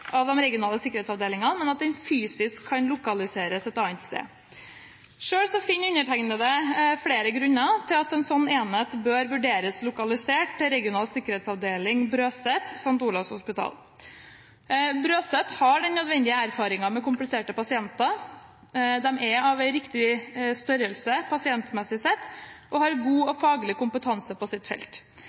enhet bør vurderes lokalisert til Regional sikkerhetsavdeling Brøset, St. Olavs Hospital. Brøset har den nødvendige erfaringen med kompliserte pasienter, de er av riktig størrelse, pasientmessig sett, og har god og faglig kompetanse på sitt felt.